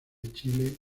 chile